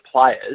players